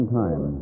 time